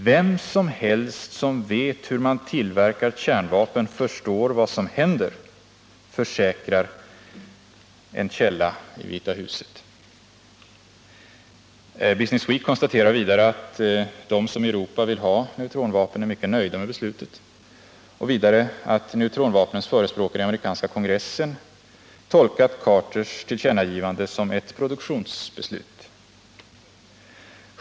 Vem som helst som vet hur man tillverkar kärnvapen förstår vad som händer, försäkrar en källa i Vita Huset. Business Week konstaterar att de i Europa som vill ha neutronvapnet är mycket nöjda med beslutet, vidare att neutronvapnets förespråkare i amerikanska kongressen tolkat Carters tillkännagivande som ett produktionsbeslut.